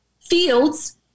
fields